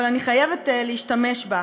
אבל אני חייבת להשתמש בה.